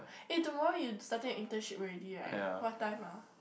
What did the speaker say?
eh tomorrow you starting your internship already right what time ah